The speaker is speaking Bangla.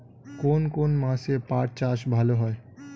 কোন কোন মাসে পাট চাষ ভালো হয়?